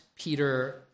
Peter